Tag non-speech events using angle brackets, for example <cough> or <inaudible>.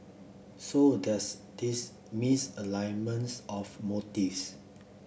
so there's this misalignment <unintelligible> of motives